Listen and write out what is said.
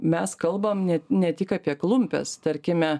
mes kalbam ne ne tik apie klumpes tarkime